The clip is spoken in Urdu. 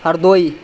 ہردوئی